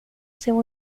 seu